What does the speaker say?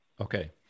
Okay